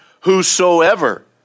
whosoever